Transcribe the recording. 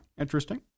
interesting